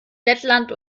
lettland